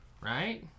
right